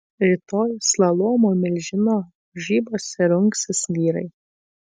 rytoj slalomo milžino varžybose rungsis vyrai